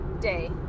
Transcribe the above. day